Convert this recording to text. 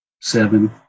Seven